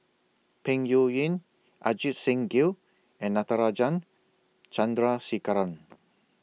Peng Yuyun Ajit Singh Gill and Natarajan Chandrasekaran